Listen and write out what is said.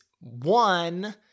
one